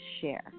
share